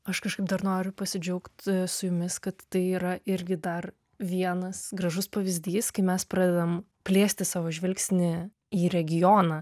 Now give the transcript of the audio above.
aš kažkaip dar noriu pasidžiaugt su jumis kad tai yra irgi dar vienas gražus pavyzdys kai mes pradedam plėsti savo žvilgsnį į regioną